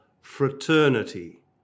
fraternity